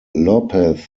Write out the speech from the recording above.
lopez